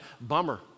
bummer